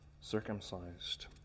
circumcised